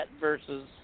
versus